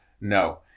No